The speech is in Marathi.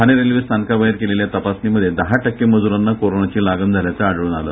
ठाणे रेल्वे स्थानकाबाहेर केलेल्या तपासणीमध्ये दहा टक्के मजूरांना कोरोनाची लागण झाल्याच आढळून आले